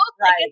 Right